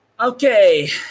Okay